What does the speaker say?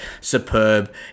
superb